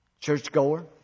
churchgoer